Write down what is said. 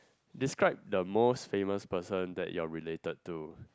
describe the most famous person that you are related to